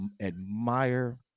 admire